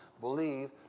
believe